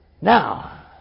Now